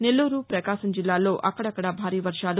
నెల్లూరు ప్రకాశం జిల్లాల్లో అక్కడక్కడా భారీ వర్షాలు